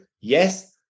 yes